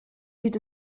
sieht